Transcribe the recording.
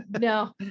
no